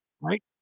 Right